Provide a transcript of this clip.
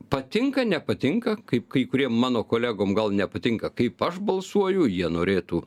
patinka nepatinka kaip kai kurie mano kolegom gal nepatinka kaip aš balsuoju jie norėtų